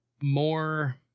more